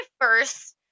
first